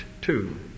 two